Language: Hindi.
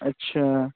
अच्छा